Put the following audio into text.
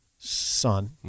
son